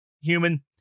human